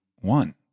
one